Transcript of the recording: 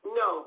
no